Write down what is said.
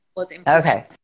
Okay